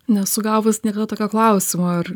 nesu gavus niekada tokio klausimo ir